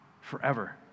forever